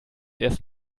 erst